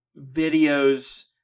videos